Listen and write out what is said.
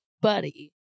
buddy